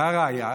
והא ראיה,